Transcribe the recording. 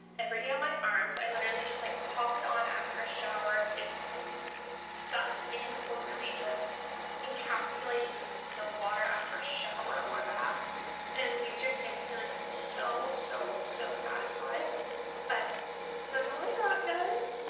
every day on my arms. i literally just like pop it on after a shower, it sucks in or really just encapsulate the water after a shower or bath and it leaves your skin feeling so so so satisfied but that's all i got guys.